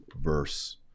verse